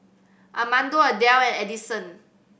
Armando Adell and Addison